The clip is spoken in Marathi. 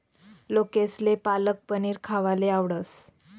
लोकेसले पालक पनीर खावाले आवडस